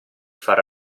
far